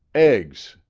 eggs!